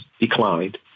declined